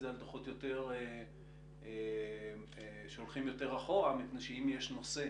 זה על דוחות שהולכים יותר אחורה מפני שאם יש נושא